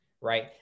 right